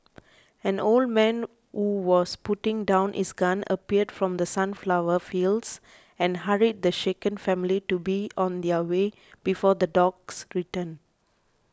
an old man who was putting down his gun appeared from the sunflower fields and hurried the shaken family to be on their way before the dogs return